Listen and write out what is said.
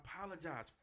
apologize